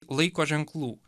laiko ženklų